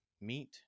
meat